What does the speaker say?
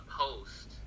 post